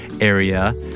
area